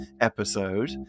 episode